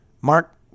Mark